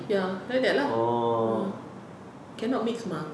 ya like that lah ah cannot mix mah